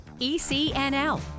ECNL